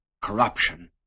corruption